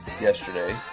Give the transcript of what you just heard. yesterday